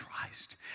Christ